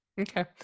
okay